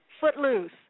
Footloose